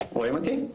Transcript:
אותי?